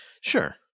Sure